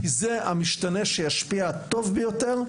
כי זה המשתנה שישפיע הטוב ביותר,